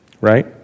Right